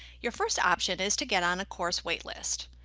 your first option is to get on a course waitlist.